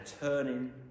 turning